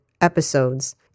episodes